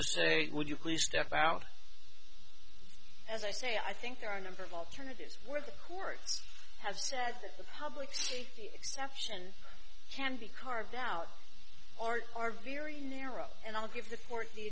to say would you please step out as i say i think there are a number of alternatives where the courts have said that the public safety exception can be carved out or are very narrow and i'll give the court the